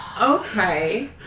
Okay